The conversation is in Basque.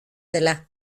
dela